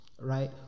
right